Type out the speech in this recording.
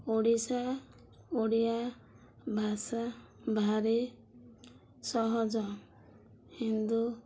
ଓଡ଼ିଶା ଓଡ଼ିଆ ଭାଷା ଭାରି ସହଜ ହିନ୍ଦୁ